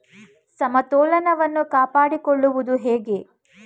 ಸಮತೋಲನವನ್ನು ಕಾಪಾಡಿಕೊಳ್ಳುವುದು ಹೇಗೆ?